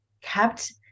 kept